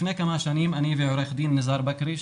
לפני כמה שנים אני ועו"ד ניזאר בכרי,